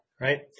right